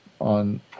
on